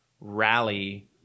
Rally